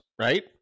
right